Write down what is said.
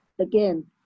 Again